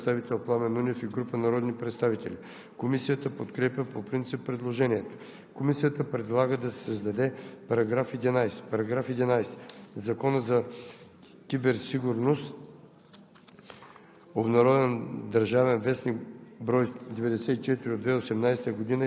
„Въздушно наблюдение“ в Главна дирекция „Гранична полиция“.“ Предложение от народния представител Пламен Нунев и група народни представители. Комисията подкрепя по принцип предложението. Комисията предлага да се създаде § 11: „§ 11. В Закона за киберсигурност